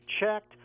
checked